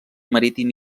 marítim